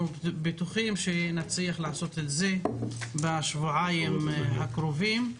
בטוחים שנצליח לעשות זאת בשבועיים הקרובים.